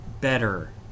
better